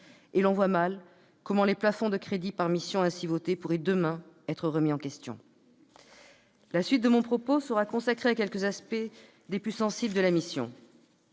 et l'on voit mal comment les plafonds de crédits par mission ainsi votés pourraient demain être remis en question. La suite de mon propos sera consacrée à quelques aspects des plus sensibles de la mission.